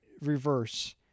reverse